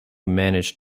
managed